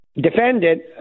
defendant